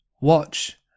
watch